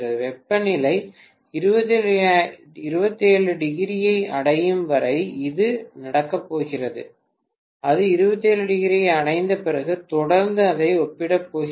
வெப்பநிலை 27o ஐ அடையும் வரை இது நடக்கப் போகிறது அது 27o ஐ அடைந்த பிறகு தொடர்ந்து அதை ஒப்பிடப் போகிறது